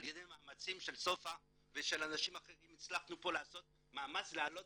על ידי מאמצים של סופה ושל אנשים אחרים הצלחנו לעשות מאמץ ולהעלות